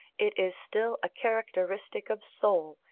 it is still a characteristic of soul,